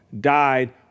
died